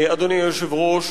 אדוני היושב-ראש,